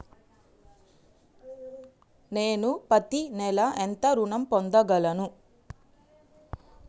నేను పత్తి నెల ఎంత ఋణం పొందగలను?